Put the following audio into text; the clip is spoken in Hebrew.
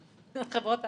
על חברות האשראי,